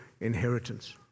inheritance